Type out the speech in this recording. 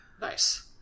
nice